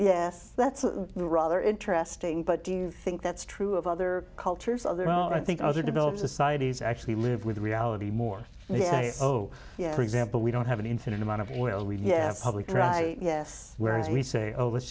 yes that's a rather interesting but do you think that's true of other cultures of their own i think other developed societies actually live with reality more yeah oh yeah for example we don't have an infinite amount of oil we have public right yes whereas we say oh let's